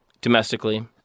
domestically